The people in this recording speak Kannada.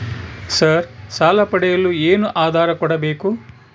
ಸರ್ ಸಾಲ ಪಡೆಯಲು ಏನು ಆಧಾರ ಕೋಡಬೇಕು?